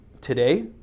today